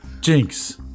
Jinx